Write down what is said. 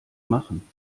machen